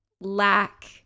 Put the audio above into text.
lack